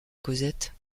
cosette